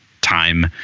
time